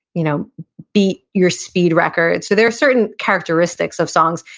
you know beat your speed record, so there are certain characteristics of songs.